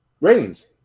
Ratings